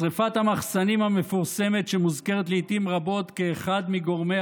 שרפת המחסנים המפורסמת שמוזכרת לעיתים רבות כאחד מגורמי